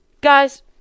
Guys